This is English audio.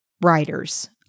writers